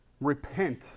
repent